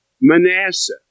Manasseh